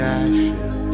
ashes